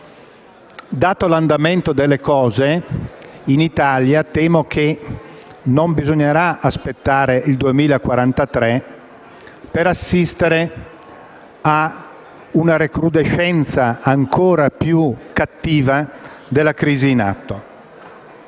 Dato l'andamento delle cose, temo che in Italia non bisognerà aspettare il 2043 per assistere ad una recrudescenza ancora più cattiva della crisi in atto.